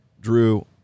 Drew